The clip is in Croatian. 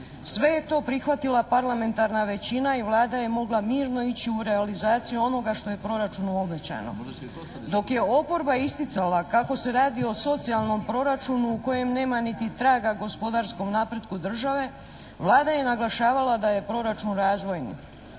Sve je to prihvatila parlamentarna većina i Vlada je mogla mirno ići u realizaciju onoga što je u proračunu obećano. Dok je oporba isticala kako se radi o socijalnom proračunu u kojem nema niti traga gospodarskom napretku države, Vlada je naglašavala da je proračun razvojni.